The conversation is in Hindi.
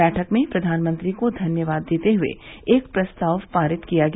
बैठक में प्रधानमंत्री को धन्यवाद देते हुए एक प्रस्ताव पारित किया गया